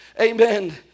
amen